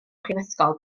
prifysgol